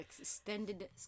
extended